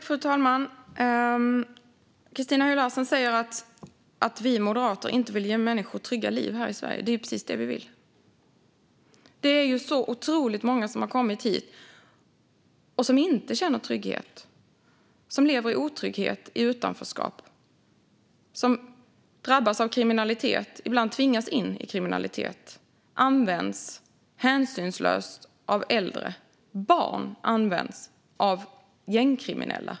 Fru talman! Christina Höj Larsen säger att vi moderater inte vill ge människor trygga liv här i Sverige. Det är precis det vi vill. Det är ju så otroligt många som har kommit hit och som inte känner trygghet. De lever i otrygghet i utanförskap. Barn drabbas av kriminalitet och tvingas ibland in i kriminalitet och används hänsynslöst av gängkriminella.